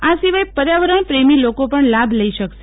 આ સિવાય પર્યાવરણપ્રેમી લોકો પણ લાભ લઈ શકશે